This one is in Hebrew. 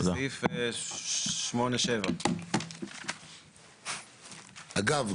סעיף 8(7). אגב,